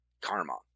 karma